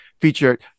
featured